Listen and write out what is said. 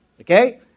Okay